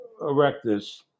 erectus